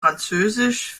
französisch